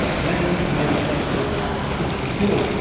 many, many thanks in advance if you do.